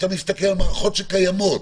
ועל מערכות קיימים.